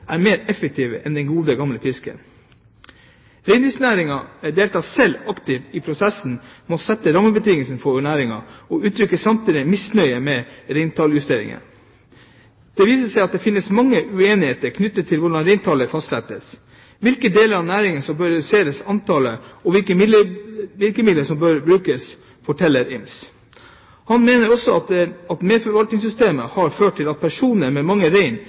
er mer effektive enn den gode, gamle pisken. – Reindriftsnæringen deltar selv aktivt i prosessen med å sette rammebetingelser for næringen, og uttrykker samtidig misnøye med reintallsjusteringene. – Det viser seg at det finnes mange uenigheter knyttet til hvordan reintallet fastsettes, hvilke deler av næringen som bør redusere antallet, og hvilke virkemidler som bør brukes, forteller Ims. Han mener også at medforvaltningssystemet har ført til at personer med mange